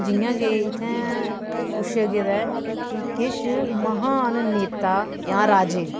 जियां कि इत्थें पुच्छेआ गेदा ऐ कि किश महान नेता जां राजे